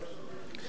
מדינה,